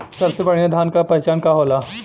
सबसे बढ़ियां धान का पहचान का होला?